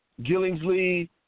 Gillingsley